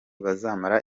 bazamara